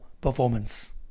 performance